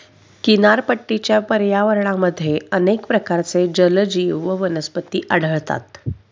किनारपट्टीच्या पर्यावरणामध्ये अनेक प्रकारचे जलजीव व वनस्पती आढळतात